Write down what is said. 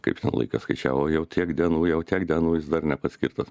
kaip tą laiką skaičiavo jau tiek dienų jau tiek dienų jis dar nepaskirtas